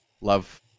Love